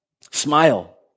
Smile